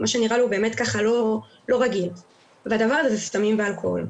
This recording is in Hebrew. מה שנראה לו באמת ככה לא רגיל והדבר הזה זה סמים ואלכוהול.